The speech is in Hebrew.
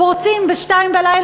פורצים ב-02:00,